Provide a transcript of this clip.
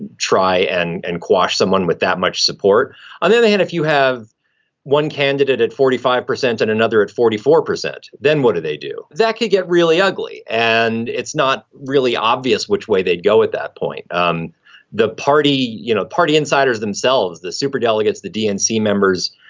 and try and and quash someone with that much support. on the other hand, if you have one candidate at forty five percent and another at forty four percent, then what do they do that could get really ugly. and it's not really obvious which way they'd go at that point. um the party, you know, party insiders themselves, the superdelegates, the dnc members,